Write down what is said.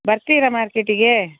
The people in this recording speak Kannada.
ಬರ್ತೀರಾ ಮಾರ್ಕೆಟಿಗೆ